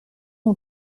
ont